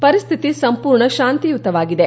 ಪರಿಸ್ಹಿತಿ ಸಂಪೂರ್ಣ ಶಾಂತಿಯುತವಾಗಿದೆ